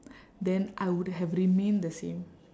then I would have remained the same